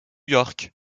york